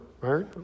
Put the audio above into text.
right